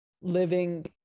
living